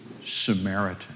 Samaritan